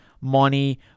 money